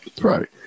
Right